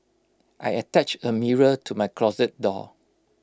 I attached A mirror to my closet door